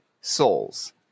souls